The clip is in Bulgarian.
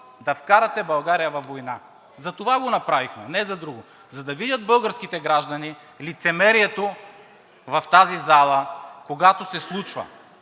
да вкарате България във война! Затова го направихте, не за друго. За да видят българските граждани лицемерието в тази зала, когато се случва,